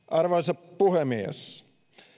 arvoisa puhemies